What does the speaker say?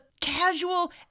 casual